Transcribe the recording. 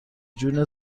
جون